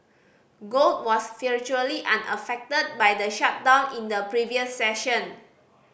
gold was virtually unaffected by the shutdown in the previous session